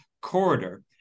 corridor